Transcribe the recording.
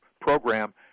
program